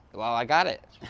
well, i got it.